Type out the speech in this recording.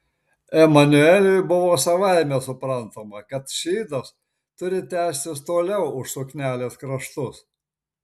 emanueliui buvo savaime suprantama kad šydas turi tęstis toliau už suknelės kraštus